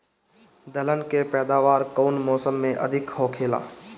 दलहन के पैदावार कउन मौसम में अधिक होखेला?